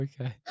Okay